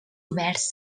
oberts